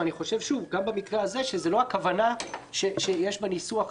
ואני חושב שזו לא הכוונה שיש בניסוח הזה.